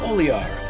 Oliar